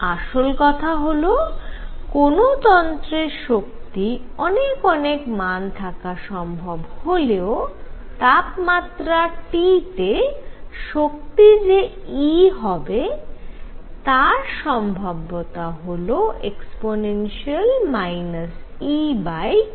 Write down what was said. আসল কথা হল কোন তন্ত্রের শক্তির অনেক অনেক মান থাকা সম্ভব হলেও তাপমাত্রা T তে শক্তি যে E হবে তার সম্ভাব্যতা হল e EkT